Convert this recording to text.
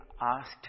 asked